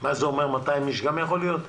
מה זה אומר, 200 איש גם יכול להיות?